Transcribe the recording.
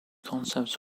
concepts